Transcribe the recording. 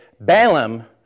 Balaam